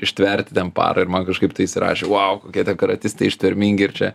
ištverti ten parą ir man kažkaip tai įsirašė vau kokie tie karatistai ištvermingi ir čia